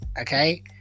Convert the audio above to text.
okay